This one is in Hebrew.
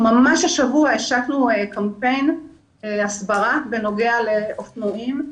ממש השבוע השקנו קמפיין הסברה בנוגע לאופנועים.